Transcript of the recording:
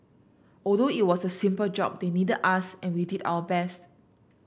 although it was a simple job they needed us and we did our best